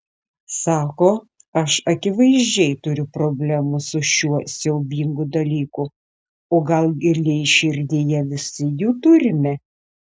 sako aš akivaizdžiai turiu problemų su šiuo siaubingu dalyku o gal giliai širdyje visi jų turime